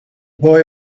boy